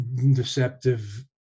deceptive